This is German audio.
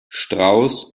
strauss